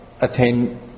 attain